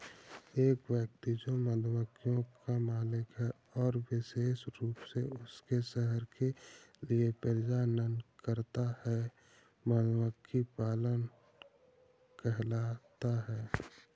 एक व्यक्ति जो मधुमक्खियों का मालिक है और विशेष रूप से उनके शहद के लिए प्रजनन करता है, मधुमक्खी पालक कहलाता है